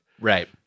Right